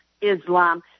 Islam